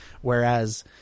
Whereas